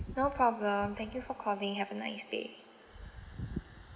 no problem thank you for calling have a nice day